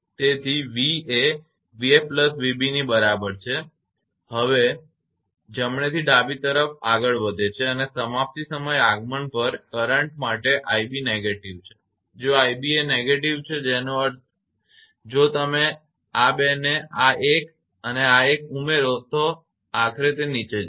તેથી v એ 𝑣𝑓 𝑣𝑏 ની બરાબર છે તે હવેથી જમણેથી ડાબી તરફ આગળ વધે છે અને સમાપ્તિ સમયે આગમન પર કરંટ માટે 𝑖𝑏 negative છે જો 𝑖𝑏 એ negative છે જેનો અર્થ છે જો તમે ફક્ત આ બે ને આ એક અને આ એક ઉમેરો તો આખરે તે નીચે જશે